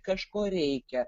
kažko reikia